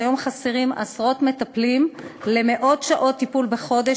כיום חסרים עשרות מטפלים למאות שעות טיפול בחודש